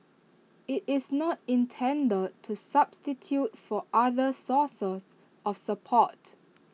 IT is not intended to substitute for other sources of support